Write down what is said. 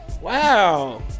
Wow